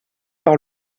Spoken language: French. par